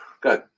Good